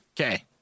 Okay